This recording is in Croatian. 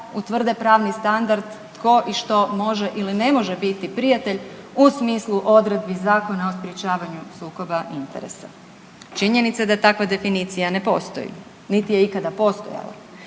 utvrde pravni standard tko i što može ili ne može biti prijatelj u smislu odredbi Zakona o sprječavanju sukoba interesa. Činjenica je da takva definicija ne postoji, niti je ikada postojala,